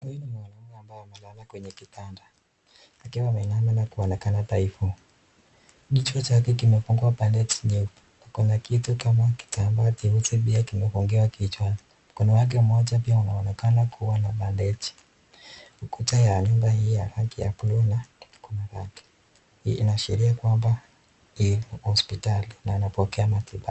Huyu ni mwanaume ambaye amelala kwenye kitanda , akiwa ameinama na kuonekana dhaifu. Kichwa chake kimefungwa bandage nyeupe na kuna kitu kama kitambaa cheusi pia kimefungiwa kichwani. Mkono wake mmoja pia inaonekana kua na bandeji. Ukuta ya nyumba hii ya rangi ya buluu na iko na rangi. Hii inaashiria kua ni hospitali na anapokea matibabu